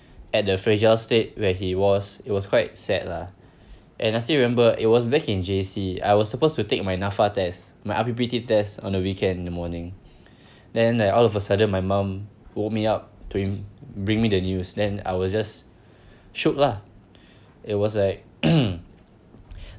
at the fragile state where he was it was quite sad lah and I still remember it was back in J_C I was supposed to take my N_A_F_A test my I_P_P_T test on the weekend in morning then like all of a sudden my mum woke me up to um bring me the news then I was just shook lah it was like um